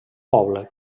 poble